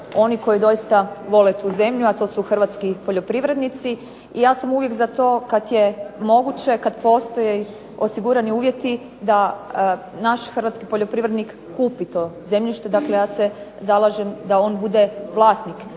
oni koji doista vole tu zemlju, a to su hrvatski poljoprivrednici. I ja sam uvijek za to kad je moguće, kad postoje i osigurani uvjeti da naš hrvatski poljoprivrednik kupi to zemljište. Dakle, ja se zalažem da on bude vlasnik